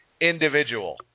individual